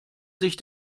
sich